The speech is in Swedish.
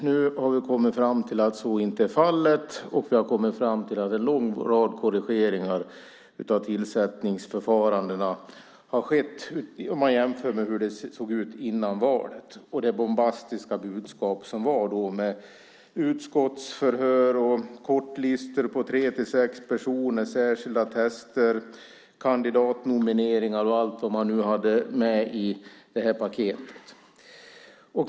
Nu har vi kommit fram till att så inte är fallet, och vi har kommit fram till att en lång rad korrigeringar av tillsättningsförfarandena har skett om man jämför med hur det såg ut innan valet och det bombastiska budskap som gavs då med utskottsförhör, kortlistor på tre-sex personer, särskilda tester, kandidatnomineringar och allt vad man nu hade med i detta paket.